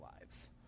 lives